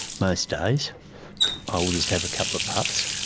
most days i will just have a couple of puffs